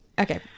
Okay